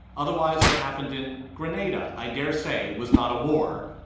otherwise what happened in grenada i dare say was not a war,